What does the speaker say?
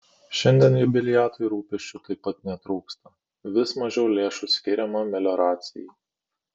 šiandien jubiliatui rūpesčių taip pat netrūksta vis mažiau lėšų skiriama melioracijai